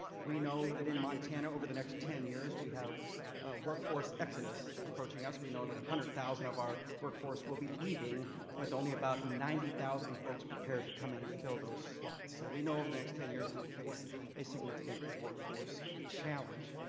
we know that in montana over the next ten years, we have workforce exodus approaching us. we know that one hundred thousand of our workforce will be leaving with only about ninety thousand folks prepared to come in and fill those slots so we know over the next ten years we will face a significant workforce challenge.